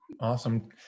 Awesome